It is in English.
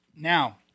Now